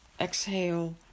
exhale